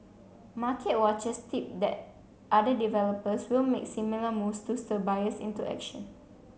market watchers tip that other developers will make similar moves to stir buyers into action